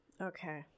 Okay